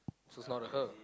so it's not her